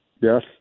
Yes